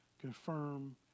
confirm